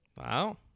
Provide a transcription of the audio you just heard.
wow